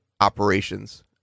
operations